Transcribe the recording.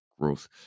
growth